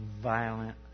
violent